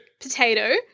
Potato